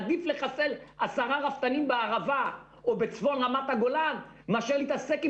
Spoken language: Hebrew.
עדיף לחסל עשרה רפתנים בערבה או בצפון רמת-הגולן מאשר להתעסק עם